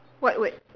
what word